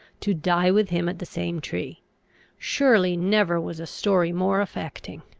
to die with him at the same tree surely never was a story more affecting!